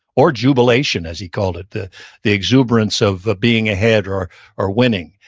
or jubilation, as he called it, the the exuberance of being ahead or or winning.